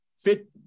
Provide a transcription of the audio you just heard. fit